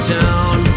town